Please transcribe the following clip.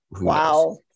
Wow